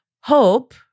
Hope